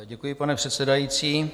Děkuji, pane předsedající.